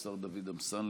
השר דוד אמסלם,